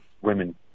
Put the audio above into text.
women